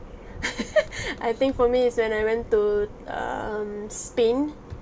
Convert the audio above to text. I think for me is when I went to um spain